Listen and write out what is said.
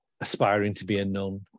aspiring-to-be-a-nun